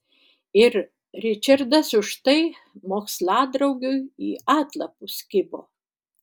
ir ričardas už tai moksladraugiui į atlapus kibo